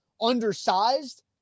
undersized